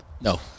No